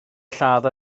lladd